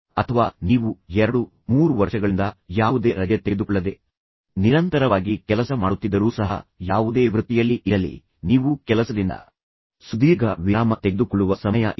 ಅಥವಾ ನೀವು 23 ವರ್ಷಗಳಿಂದ ಯಾವುದೇ ರಜೆ ತೆಗೆದುಕೊಳ್ಳದೆ ನಿರಂತರವಾಗಿ ಕೆಲಸ ಮಾಡುತ್ತಿದ್ದರೂ ಸಹ ಯಾವುದೇ ವೃತ್ತಿಯಲ್ಲಿ ಇರಲಿ ನೀವು ಕೆಲಸದಿಂದ ಸುದೀರ್ಘ ವಿರಾಮ ತೆಗೆದುಕೊಳ್ಳುವ ಸಮಯ ಇದು